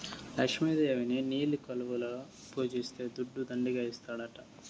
లక్ష్మి దేవిని నీలి కలువలలో పూజిస్తే దుడ్డు దండిగా ఇస్తాడట